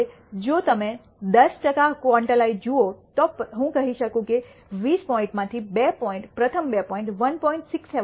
હવે જો તમે 10 ટકા ક્વોન્ટાઇલ જુઓ તો હું કહી શકું છું કે 20 પોઇન્ટમાંથી બે પોઇન્ટ પ્રથમ બે પોઇન્ટ 1